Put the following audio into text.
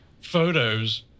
photos